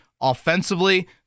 offensively